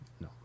no